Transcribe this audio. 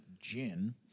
gin